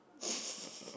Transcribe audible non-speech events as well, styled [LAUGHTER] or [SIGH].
[LAUGHS]